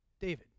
David